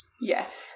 Yes